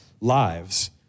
lives